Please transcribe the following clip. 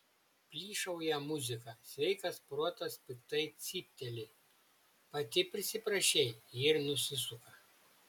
plyšauja muzika sveikas protas piktai cypteli pati prisiprašei ir nusisuka